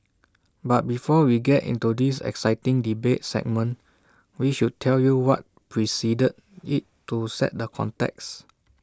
but before we get in to this exciting debate segment we should tell you what preceded IT to set the context